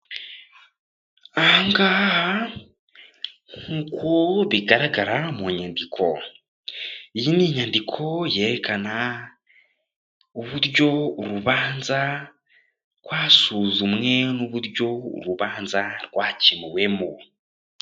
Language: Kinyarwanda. Aha ngaha nk'uko bigaragara mu nyandiko, iyi ni inyandiko yerekana uburyo urubanza rwasuzumwe n'uburyo urubanza rwakemuwemo.